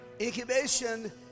Incubation